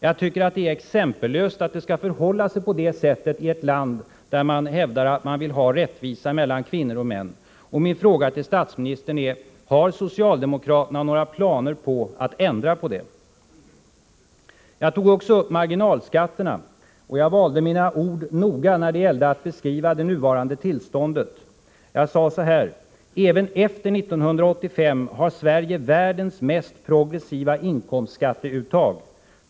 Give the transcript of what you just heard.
Jag tycker att det är exempellöst att det skall förhålla sig på detta sätt i ett land där man hävdar att man vill ha rättvisa mellan kvinnor och män. Jag berörde också frågan om marginalskatterna och valde mina ord noga när det gällde att beskriva det nuvarande tillståndet. Jag sade så här: ”Även efter 1985 har Sverige världens mest progressiva inkomstskatteuttag.